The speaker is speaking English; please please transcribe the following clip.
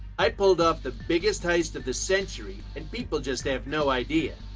i pulled off the biggest heist of the century and people just have no idea.